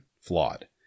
flawed